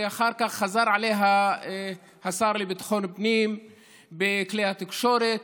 שאחר כך חזר עליה השר לביטחון פנים בכלי התקשורת,